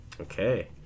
okay